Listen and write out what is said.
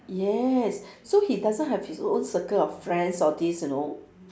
yes so he doesn't have his o~ own circle of friends all this you know